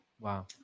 Wow